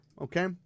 okay